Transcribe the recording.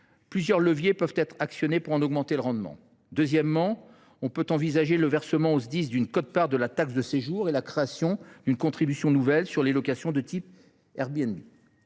plusieurs leviers peuvent être actionnés pour en augmenter le rendement. Deuxièmement, on peut envisager le versement aux Sdis d’une quote part de la taxe de séjour et la création d’une contribution nouvelle sur les locations de type Airbnb.